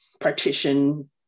partition